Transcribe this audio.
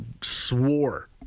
swore